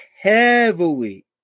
heavily